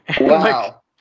Wow